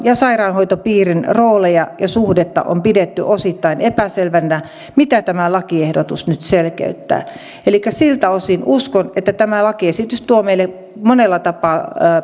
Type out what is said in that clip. ja sairaanhoitopiirin rooleja ja suhdetta on pidetty osittain epäselvinä mitä tämä lakiehdotus nyt selkeyttää siltä osin uskon että tämä lakiesitys tuo meille monella tapaa